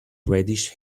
reddish